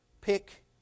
pick